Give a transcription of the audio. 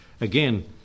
again